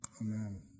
amen